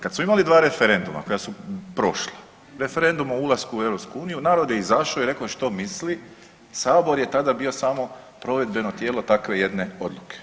Kad smo imali 2 referenduma koja su prošla, referendum o ulasku u EU narod je izašao i rekao što misli, sabor je tada bio samo provedbeno tijelo takve jedne odluke.